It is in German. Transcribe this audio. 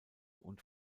und